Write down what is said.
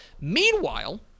Meanwhile